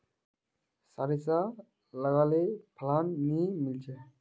सारिसा लगाले फलान नि मीलचे?